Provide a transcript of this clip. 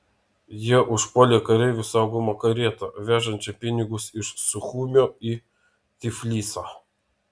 jie užpuolė kareivių saugomą karietą vežančią pinigus iš suchumio į tiflisą